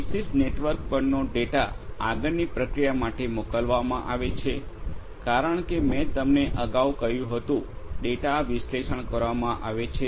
વિશિષ્ટ નેટવર્ક પરનો ડેટા આગળની પ્રક્રિયા માટે મોકલવામાં આવે છે કારણ કે મેં તમને અગાઉ કહ્યું હતું ડેટા વિશ્લેષણ કરવામાં આવે છે